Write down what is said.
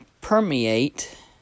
permeate